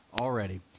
already